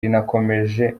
rirakomeje